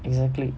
exactly